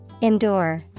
Endure